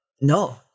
no